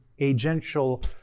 agential